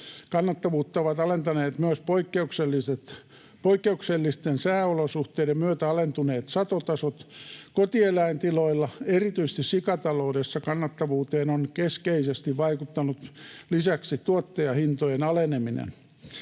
Kannattavuutta ovat alentaneet myös poikkeuksellisten sääolosuhteiden myötä alentuneet satotasot. Kotieläintiloilla, erityisesti sikataloudessa, kannattavuuteen on keskeisesti vaikuttanut lisäksi tuottajahintojen aleneminen.”